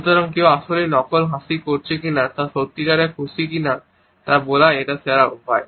সুতরাং কেউ আসলেই হাসির নকল করছে কিনা বা তারা সত্যিকারের খুশি কিনা তা বলার এটাই সেরা উপায়